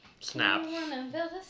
Snap